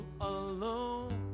alone